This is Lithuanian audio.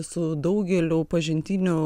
su daugeliu pažintinių